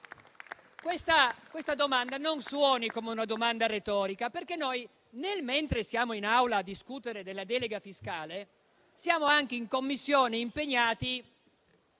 Questa domanda non suoni come retorica, perché noi, mentre siamo in Aula a discutere della delega fiscale, siamo anche in Commissione impegnati